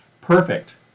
Perfect